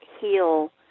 heal